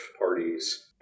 parties